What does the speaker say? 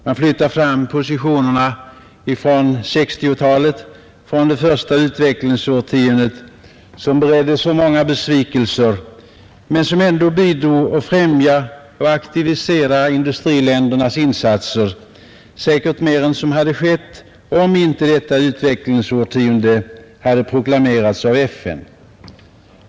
Man flyttar fram positionerna från 1960-talet, från det första utvecklingsårtiondet, som berett så många besvikelser men som ändå bidrog till att främja och aktivisera industriländernas insatser, säkert mer än som hade skett om inte detta utvecklingsårtionde hade proklamerats i FN.